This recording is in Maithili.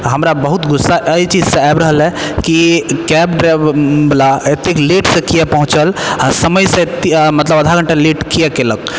हमरा बहुत गुस्सा अहि चीजसँ आबि रहल यऽ कि कैबवला एतेक लेटसँ किआक पहुँचल आओर समयसँ मतलब आधा घण्टा लेट कियाक केलक